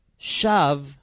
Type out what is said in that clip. Shav